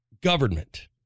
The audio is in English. government